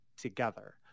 together